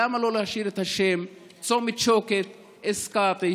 למה לא להשאיר את השם "צומת שוקת" א-סקאתי,